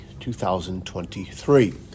2023